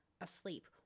asleep